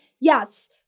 Yes